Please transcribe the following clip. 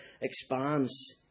expands